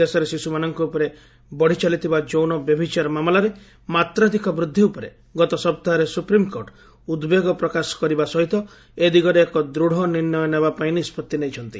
ଦେଶରେ ଶିଶୁମାନଙ୍କ ଉପରେ ବଢ଼ି ଚାଲିଥିବା ଯୌନ ବ୍ୟଭିଚାର ମାମଲାରେ ମାତ୍ରାଧିକ ବୃଦ୍ଧି ଉପରେ ଗତ ସପ୍ତାହରେ ସୁପ୍ରିମ୍କୋର୍ଟ ଉଦ୍ବେଗ ପ୍ରକାଶ କରିବା ସହିତ ଏ ଦିଗରେ ଏକ ଦୃଢ଼ ନିର୍ଷ୍ଣୟ ନେବା ପାଇଁ ନିଷ୍ପଭି ନେଇଛନ୍ତି